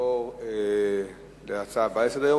נעבור להצעה הבאה לסדר-היום,